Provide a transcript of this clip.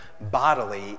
bodily